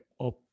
up